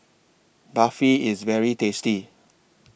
Barfi IS very tasty